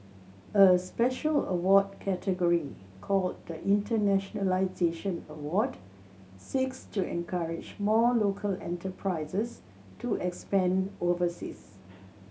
a special award category called the Internationalisation Award seeks to encourage more local enterprises to expand overseas